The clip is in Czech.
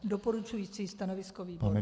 Doporučující stanovisko výboru.